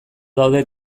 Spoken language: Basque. daude